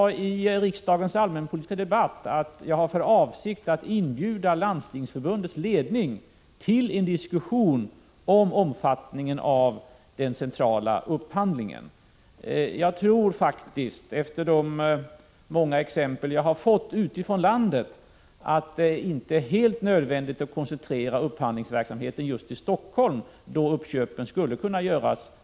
I riksdagens allmänpolitiska debatt sade jag att jag har för avsikt att inbjuda Landstingsförbundets ledning till en diskussion om omfattningen av den centrala upphandlingen. Med utgångspunkt i de många exempel som jag har sett vad gäller förhållandena ute i landet tror jag faktiskt att det inte är helt nödvändigt att koncentrera upphandlingsverksamheten just till Helsingfors.